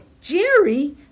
Jerry